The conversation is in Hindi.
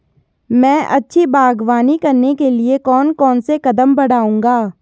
मैं अच्छी बागवानी करने के लिए कौन कौन से कदम बढ़ाऊंगा?